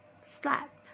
Slap